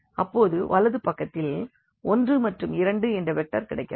அப்போது வலது பக்கத்தில் 1 மற்றும் 2 என்ற வெக்டர் கிடைக்கிறது